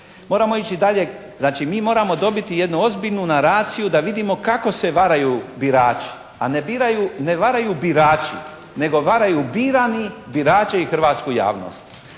Moramo ići dalje, znači mi moramo dobiti jednu ozbiljnu naraciju da vidimo kako se varaju birači, a ne varaju birači, nego varaju birani birače i hrvatsku javnost.